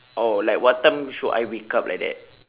oh like what time should I wake up like that